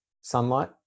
sunlight